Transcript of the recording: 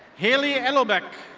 haley heddlebeck.